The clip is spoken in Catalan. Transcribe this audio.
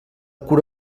cura